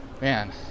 Man